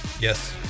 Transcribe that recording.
Yes